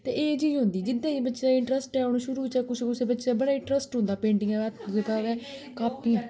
ते एह् चीज होंदी जिह्दे च बच्चे दा इंट्रस्ट ऐ हून शुरू च कुसै कुसै बच्चे दा बड़ा इंट्रस्ट होंदा पेटिंग दा जेह्का कापी